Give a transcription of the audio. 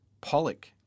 Pollock